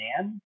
man